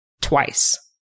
twice